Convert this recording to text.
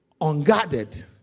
unguarded